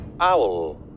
Owl